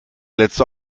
letzte